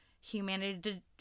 humanity